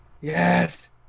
Yes